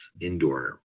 indoor